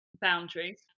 boundaries